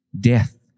death